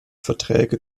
verträge